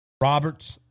Roberts